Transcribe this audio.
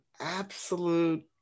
absolute